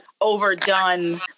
overdone